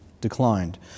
declined